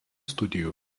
studijų